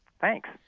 Thanks